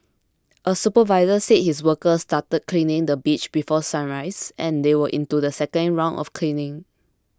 a supervisor said his workers started cleaning the beach before sunrise and they were into the second round of cleaning